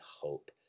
hope